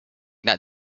that